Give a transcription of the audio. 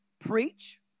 preach